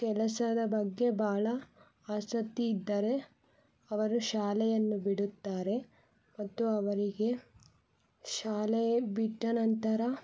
ಕೆಲಸದ ಬಗ್ಗೆ ಭಾಳ ಆಸಕ್ತಿ ಇದ್ದರೆ ಅವರು ಶಾಲೆಯನ್ನು ಬಿಡುತ್ತಾರೆ ಮತ್ತು ಅವರಿಗೆ ಶಾಲೆ ಬಿಟ್ಟ ನಂತರ